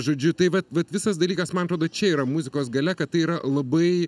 žodžiu tai vat vat visas dalykas man atrodo čia yra muzikos galia kad tai yra labai